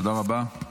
תודה רבה.